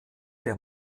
der